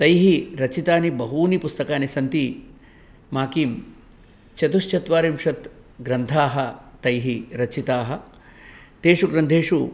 तैः रचितानि बहूनि पुस्तकानि सन्ति माकीं चतुश्चत्वारिंशत् ग्रन्थाः तैः रचिताः तेषु ग्रन्थेषु